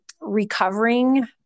recovering